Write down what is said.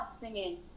singing